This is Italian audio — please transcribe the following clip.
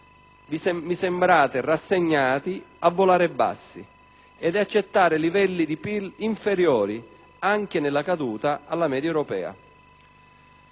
Mi sembrate rassegnati a volare bassi e ad accettare livelli di PIL inferiori, anche nella caduta, alla media europea.